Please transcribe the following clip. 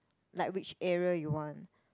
like which area you want